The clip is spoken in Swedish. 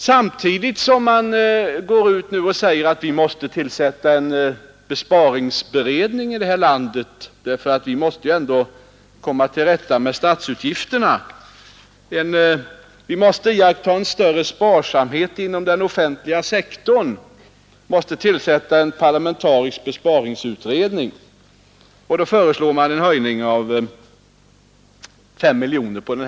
Samtidigt som man nu går ut och säger att vi måste tillsätta en parlamentarisk besparingsberedning i det här landet för att komma till rätta med statsutgifternas ökning och att vi måste iaktta större sparsamhet inom den offentliga sektorn föreslår man en höjning med 5 miljoner kronor på den här punkten!